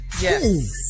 Yes